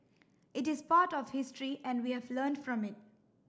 it is part of history and we have learned from it